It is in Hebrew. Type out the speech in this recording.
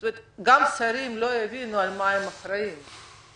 גם השרים לא יבינו על מה הם אחראים ואז,